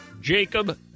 Jacob